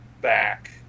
back